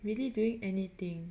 really doing anything